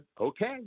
okay